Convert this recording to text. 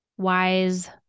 wise